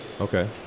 Okay